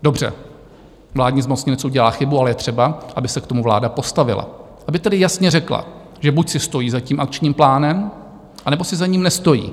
Dobře, vládní zmocněnec udělá chybu, ale je třeba, aby se k tomu vláda postavila, aby tedy jasně řekla, že buď si stojí za tím Akčním plánem, anebo si za ním nestojí.